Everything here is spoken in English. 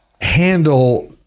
handle